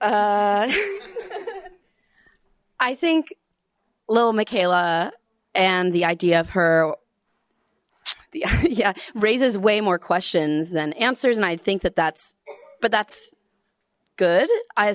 mikayla and the idea of her yeah raises way more questions than answers and i think that that's but that's good i